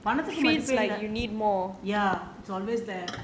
மதிப்பே இல்ல பணத்துக்கு மதிப்பே இல்ல:mathippae illa panathukku mathippae illa